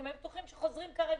כי הם היו בטוחים שחוזרים כרגיל.